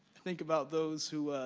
think about those who